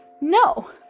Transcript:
No